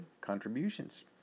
contributions